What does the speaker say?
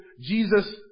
Jesus